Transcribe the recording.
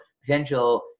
potential